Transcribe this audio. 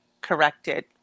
corrected